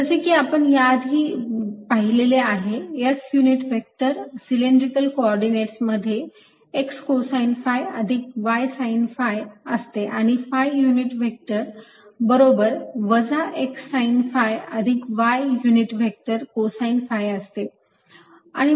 जसे की आपण या आधी पाहिलेले आहे S unit vector cylindrical coordinates मध्ये x cosine phi अधिक y sine phi असते आणि phi युनिट व्हेक्टर बरोबर वजा x sine phi अधिक y unit vector cosine phi असते